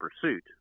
Pursuit